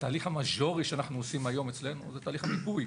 התהליך המז'ורי שאנחנו עושים היום אצלנו זה תהליך המיפוי.